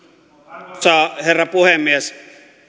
arvoisa herra puhemies